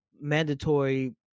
mandatory –